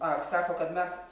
a sako kad mes